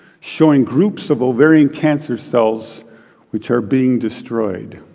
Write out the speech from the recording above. showing groups of ovarian cancer cells which are being destroyed.